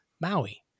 Maui